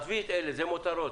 עזבי את אלה, זה מותרות.